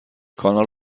کانال